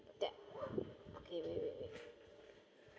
that okay wait wait wait